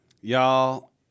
Y'all